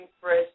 fresh